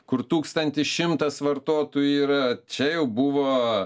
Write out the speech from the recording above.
kur tūkstantis šimtas vartotojų yra čia jau buvo